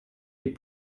les